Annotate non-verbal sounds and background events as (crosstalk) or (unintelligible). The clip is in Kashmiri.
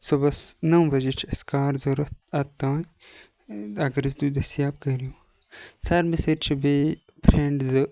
صُبحَس نو بجے چھِ اَسہِ کار ضوٚرَتھ (unintelligible) اَگَر حظ تُہۍ دستِیاب کٔرِو سَر مےٚ سۭتۍ چھِ بیٚیہِ فرٮ۪نٛڈ زٕ